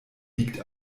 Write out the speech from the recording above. liegt